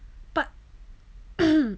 but